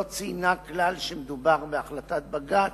לא ציינה כלל שמדובר בהחלטת בג"ץ,